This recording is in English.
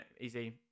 Easy